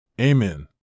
Amen